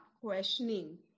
questioning